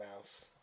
Mouse